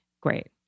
Great